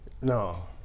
no